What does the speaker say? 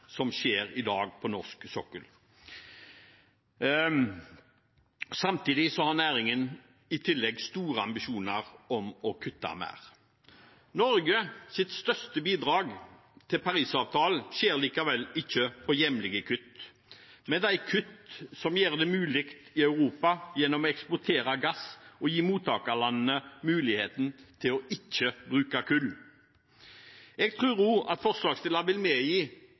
som er i dag på norsk sokkel. Samtidig har næringen store ambisjoner om å kutte mer. Norges største bidrag til Parisavtalen skjer likevel ikke gjennom hjemlige kutt. Det skjer ved de kuttene som oppnås gjennom å eksportere gass og å gi mottakerlandene i Europa mulighet til ikke å bruke kull. Jeg tror at også forslagsstillerne vil medgi